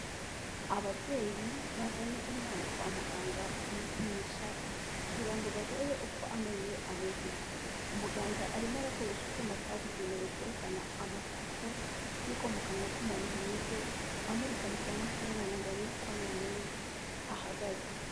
Ababyeyi bazanye umwana kwa muganga kumupimisha kugira barebe uko amenyoze umuganga arimo arakoresha icyuma cyabugenewe cyerekana amashusho y'uko mu kanwa k'umuntu hameze amurika mu kanwa k'umwana ngo arebe uko amenyo ye ahagaze.